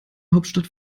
hauptstadt